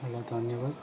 ल धन्यवाद